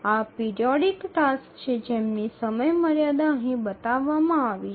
આ periodic tasks છે જેમની સમયમર્યાદા અહીં બતાવવામાં આવી છે